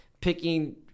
picking